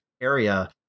area